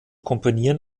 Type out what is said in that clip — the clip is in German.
komponieren